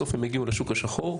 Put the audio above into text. בסוף הם יגיעו לשוק השחור.